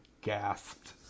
gasped